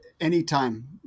Anytime